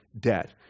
debt